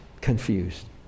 confused